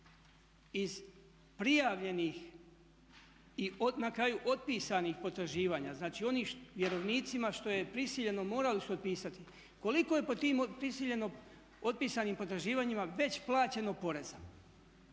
iz prijavljenih i na kraju otpisanih potraživanja, znači onim vjerovnicima što je prisiljeno, morali su otpisati, koliko je po tim prisiljeno otpisanim potraživanjima već plaćeno poreza?